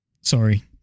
Sorry